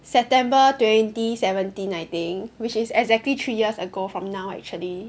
September twenty seventeen I think which is exactly three years ago from now actually